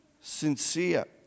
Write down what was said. sincere